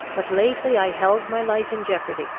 but lately i held my life in jeopardy,